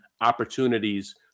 opportunities